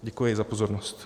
Děkuji za pozornost.